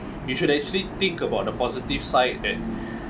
you should actually think about the positive side that